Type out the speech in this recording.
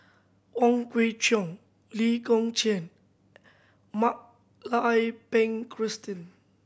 Wong Kwei Cheong Lee Kong Chian Mak Lai Ping Christine